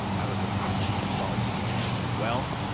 out of the silence, balch demanded, well,